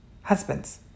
husbands